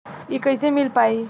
इ कईसे मिल पाई?